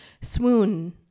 Swoon